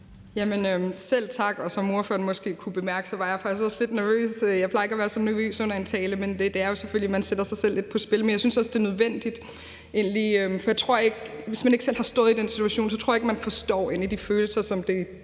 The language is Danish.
Selv tak. Som ordføreren måske kunne mærke, var jeg faktisk også lidt nervøs. Jeg plejer ikke at være så nervøs under en tale, men det er jo selvfølgelig det, at man sætter sig selv lidt i spil. Men jeg synes også, det er nødvendigt, for jeg tror ikke, at man, hvis man ikke selv har stået i den situation, egentlig forstår de følelser, som det